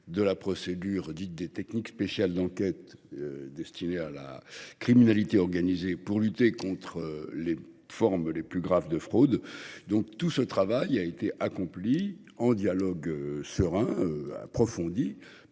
de la procédure dite des techniques spéciales d’enquête destinée à la criminalité organisée, pour lutter contre les formes les plus graves de fraude. Tout ce travail a été accompli grâce au dialogue serein, approfondi